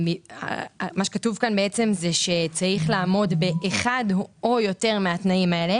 מה שכתוב כאן בעצם זה שצריך לעמוד באחד או יותר מהתנאים האלה,